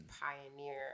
pioneer